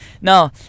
no